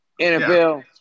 NFL –